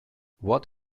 what